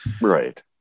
right